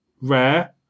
rare